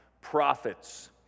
prophets